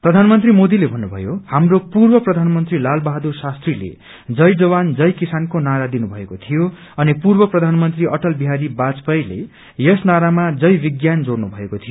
प्रधानमन्त्री मोदीले भन्नुभयो हाम्रो पूर्व प्रधानमन्त्री लाल बहादुर शास्त्रीले जय जवान जय किसानको नारा दिनु भएको थियो अनि पूर्व प्रधानमन्त्री अटल बिहारी वाजपेयीले यस नारामा जय विज्ञान जोड़नु भएको थियो